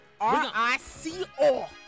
R-I-C-O